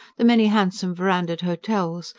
the many handsome, verandahed hotels,